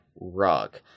rug